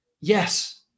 yes